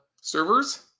servers